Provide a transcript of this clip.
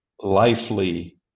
lively